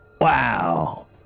wow